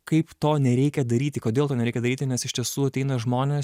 kaip to nereikia daryti kodėl to nereikia daryti nes iš tiesų ateina žmonės